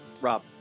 Rob